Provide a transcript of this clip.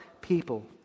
people